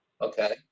Okay